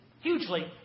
Hugely